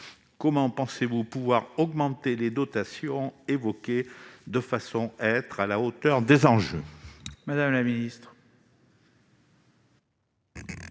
pensez-vous pouvoir augmenter les dotations évoquées de façon à être à la hauteur des enjeux ? La parole est